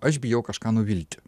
aš bijau kažką nuvilti